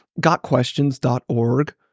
gotquestions.org